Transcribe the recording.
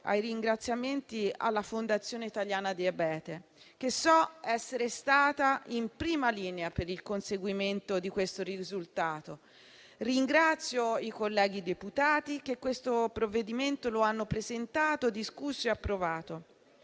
ai ringraziamenti alla Fondazione italiana diabete, che so essere stata in prima linea per il conseguimento di questo risultato. Ringrazio i colleghi deputati, che questo provvedimento hanno presentato, discusso e approvato.